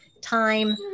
time